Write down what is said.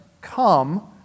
come